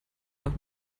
nach